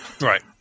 Right